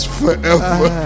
forever